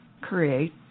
create